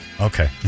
Okay